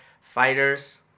fighters